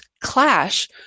clash